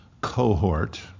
cohort